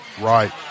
Right